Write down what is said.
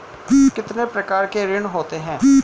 कितने प्रकार के ऋण होते हैं?